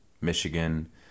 Michigan